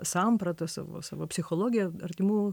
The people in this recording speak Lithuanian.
samprata savo savo psichologija artimų